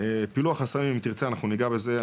בפילוח הסמים אם תרצה, אנחנו ניגע בזה.